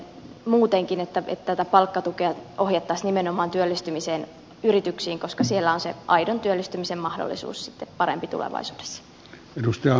muutenkin palkkatukea voisi ohjata nimenomaan yrityksiin työllistymiseen koska siellä on se aidon työllistymisen mahdollisuus parempi sitten tulevaisuudessa